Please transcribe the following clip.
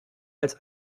als